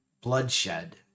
bloodshed